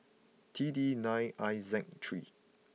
T D nine I Z three